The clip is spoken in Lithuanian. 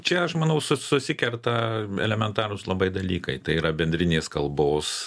čia aš manau su susikerta elementarūs labai dalykai tai yra bendrinės kalbos